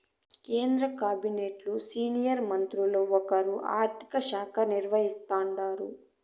కేంద్ర కాబినెట్లు సీనియర్ మంత్రుల్ల ఒకరు ఆర్థిక శాఖ నిర్వహిస్తాండారు